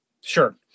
Sure